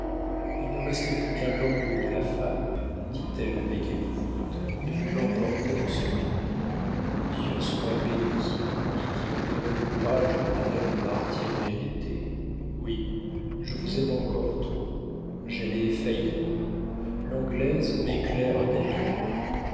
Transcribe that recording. il ne restait plus qu'un lambeau de la femme dit-elle avec épouvante et vous l'emportez en ce moment dieu soit béni lui qui me donne le courage d'endurer mon martyre mérité oui je vous aime encore trop j'allais faillir l'anglaise m'éclaire un abîme